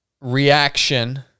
reaction